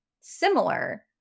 similar